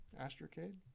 astrocade